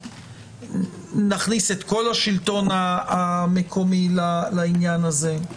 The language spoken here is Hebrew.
נכניס את כל השלטון המקומי לעניין הזה?